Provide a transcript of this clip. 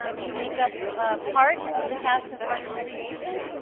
ah we make up part of the cast of parks and recreation.